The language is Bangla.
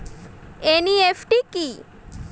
এন.ই.এফ.টি কি?